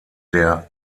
der